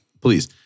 Please